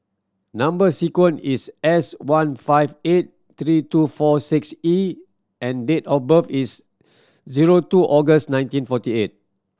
number sequence is S one five eight three two four six E and date of birth is zero two August nineteen forty eight